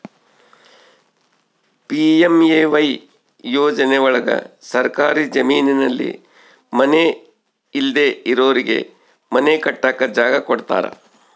PMAY ಯೋಜನೆ ಒಳಗ ಸರ್ಕಾರಿ ಜಮೀನಲ್ಲಿ ಮನೆ ಇಲ್ದೆ ಇರೋರಿಗೆ ಮನೆ ಕಟ್ಟಕ್ ಜಾಗ ಕೊಡ್ತಾರ